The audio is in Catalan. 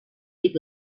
pic